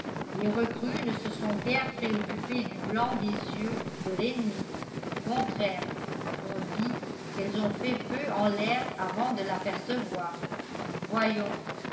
les recrues ne se sont guère préoccupées du blanc des yeux de l'ennemi au contraire on dit qu'elles ont fait feu en l'air avant de l'apercevoir voyons